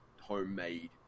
homemade